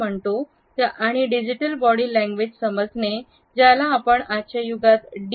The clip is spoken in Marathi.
म्हणतो आणि डिजिटल बॉडी लँग्वेज समजणे तांत्रिक देहबोली ज्याला आपण आजच्या युगात डी